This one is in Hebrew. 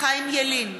חיים ילין,